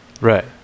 Right